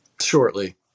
shortly